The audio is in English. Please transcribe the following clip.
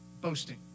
Boasting